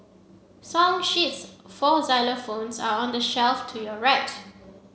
song sheets for xylophones are on the shelf to your right